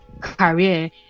career